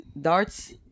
darts